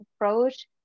approach